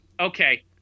okay